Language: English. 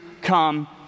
come